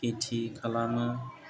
खेथि खालामो